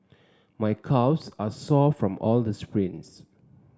my calves are sore from all the sprints